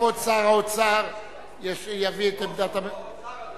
כבוד שר הבריאות יביא את עמדת הממשלה.